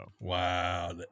wow